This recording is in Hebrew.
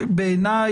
בעיני,